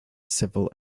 civil